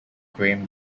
graeme